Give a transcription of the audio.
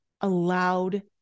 allowed